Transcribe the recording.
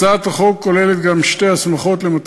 הצעת חוק החברות של הממשלה שאנו מצביעים עליה היום,